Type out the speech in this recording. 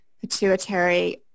pituitary